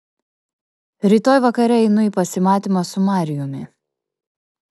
rytoj vakare einu į pasimatymą su marijumi